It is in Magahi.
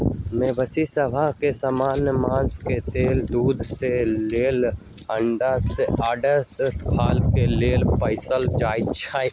मवेशि सभ के समान्य मास के लेल, दूध के लेल आऽ खाल के लेल पोसल जाइ छइ